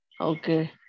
Okay